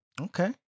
Okay